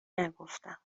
نگفتم